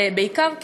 ובעיקר קיטוב,